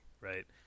right